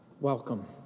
Welcome